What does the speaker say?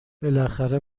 بالاخره